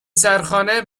سرخانه